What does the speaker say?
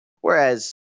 whereas